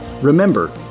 Remember